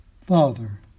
Father